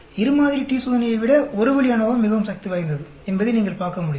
எனவே இரு மாதிரி t சோதனையை விட ஒரு வழி அநோவா மிகவும் சக்தி வாய்ந்தது என்பதை நீங்கள் பார்க்க முடியும்